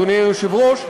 אדוני היושב-ראש,